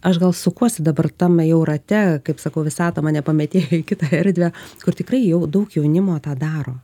aš gal sukuosi dabar tam jau rate kaip sakau visata mane pametėjo į kitą erdvę kur tikrai jau daug jaunimo tą daro